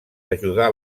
ajudar